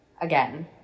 Again